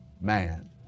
man